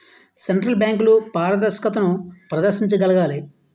central బ్యాంకులు పారదర్శకతను ప్రదర్శించగలగాలి